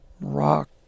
rock